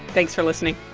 thanks for listening